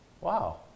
Wow